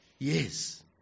Yes